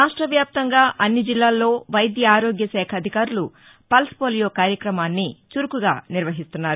రాష్ట్ర వ్యాప్తంగా అన్ని జిల్లాల్లో వైద్య ఆరోగ్యశాఖ అధికారులు పల్స్పోలియో కార్యక్రమాన్ని ను చురుకుగా నిర్వహిస్తున్నారు